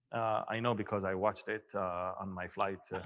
i know because i watched it on my flight.